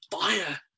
fire